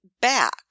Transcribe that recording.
back